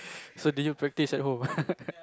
so do you practice at home